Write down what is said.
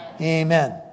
Amen